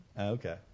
Okay